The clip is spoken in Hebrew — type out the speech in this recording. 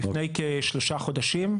לפני כשלושה חודשים.